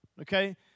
okay